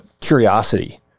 curiosity